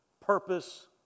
purpose